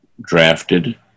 drafted